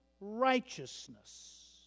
righteousness